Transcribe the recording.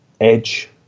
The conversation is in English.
edge